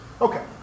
Okay